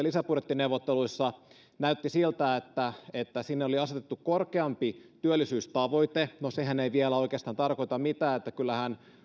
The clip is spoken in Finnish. lisäbudjettineuvotteluissa näytti siltä että että sinne oli asetettu korkeampi työllisyystavoite no sehän ei vielä tarkoita oikeastaan mitään kyllähän